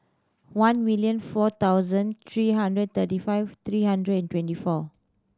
one million four thousand three hundred thirty five three hundred and twenty four